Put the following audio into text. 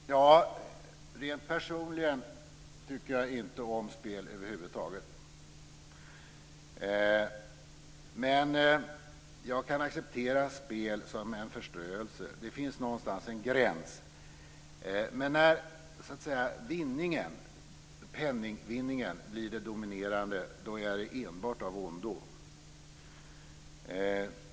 Fru talman! Rent personligt tycker jag inte om spel över huvud taget, men jag kan acceptera spel som en förströelse. Det finns någonstans en gräns, och när penningvinningen blir det dominerande är det enbart av ondo.